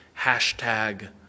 Hashtag